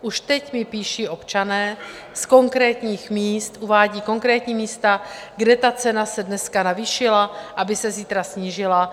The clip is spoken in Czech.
Už teď mi píší občané z konkrétních míst, uvádějí konkrétní místa, kde se cena dneska navýšila, aby se zítra snížila.